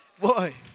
boy